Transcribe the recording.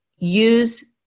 use